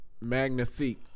Magnifique